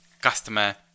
customer